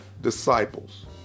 disciples